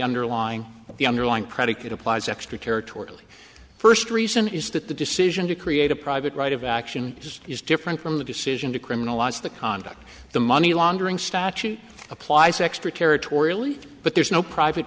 underlying of the underlying predicate applies extraterritorial first reason is that the decision to create a private right of action just is different from the decision to criminalize the conduct the money laundering statute applies extraterritorial but there's no private